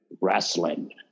wrestling